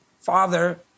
father